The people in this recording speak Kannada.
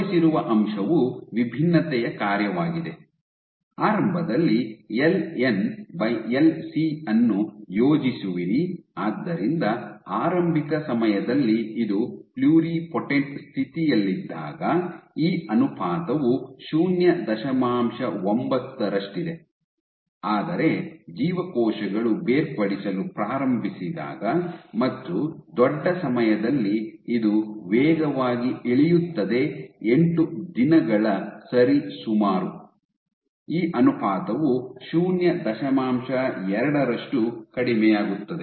ತೋರಿಸಿರುವ ಅಂಶವು ವಿಭಿನ್ನತೆಯ ಕಾರ್ಯವಾಗಿದೆ ಆರಂಭದಲ್ಲಿ ಎಲ್ ಏನ್ ಯಿಂದ ಎಲ್ ಸಿ ಅನ್ನು ಯೋಜಿಸುವಿರಿ ಆದ್ದರಿಂದ ಆರಂಭಿಕ ಸಮಯದಲ್ಲಿ ಇದು ಪ್ಲುರಿಪೊಟೆಂಟ್ ಸ್ಥಿತಿಯಲ್ಲಿದ್ದಾಗ ಈ ಅನುಪಾತವು ಶೂನ್ಯ ದಶಮಾಂಶ ಒಂಬತ್ತು ರಷ್ಟಿದೆ ಆದರೆ ಜೀವಕೋಶಗಳು ಬೇರ್ಪಡಿಸಲು ಪ್ರಾರಂಭಿಸಿದಾಗ ಮತ್ತು ದೊಡ್ಡ ಸಮಯದಲ್ಲಿ ಇದು ವೇಗವಾಗಿ ಇಳಿಯುತ್ತದೆ ಎಂಟು ದಿನಗಳ ಸರಿ ಸುಮಾರು ಈ ಅನುಪಾತವು ಶೂನ್ಯ ದಶಮಾಂಶ ಎರಡರಷ್ಟು ಕಡಿಮೆಯಾಗುತ್ತದೆ